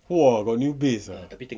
!whoa! got new bass ah